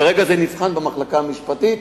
כרגע זה נבחן במחלקה המשפטית.